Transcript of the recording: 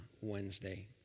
Wednesday